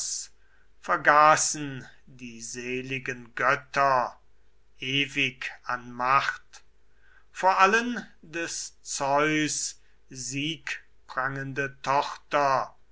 vergaßen die seligen götter ewig an macht vor allen des zeus siegprangende tochter